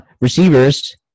receivers